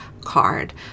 card